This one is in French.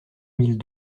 mille